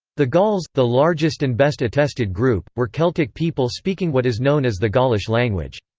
the gauls, the largest and best attested group, were celtic people speaking what is known as the gaulish language.